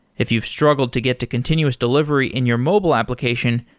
if you've struggled to get to continuous delivery in your mobile application,